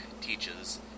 teaches